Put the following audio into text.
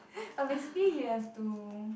but basically you have to